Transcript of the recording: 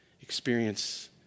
experience